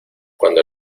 cuando